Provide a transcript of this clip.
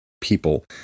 people